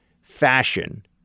fashion